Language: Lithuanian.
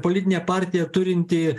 politinė partija turinti